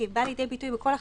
שבאה לידי ביטוי בכל החקיקה,